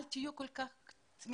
אל תהיו כל כך תמימים.